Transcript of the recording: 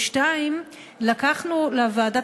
2. לקחנו לוועדת